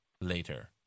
later